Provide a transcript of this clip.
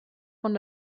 von